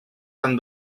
tan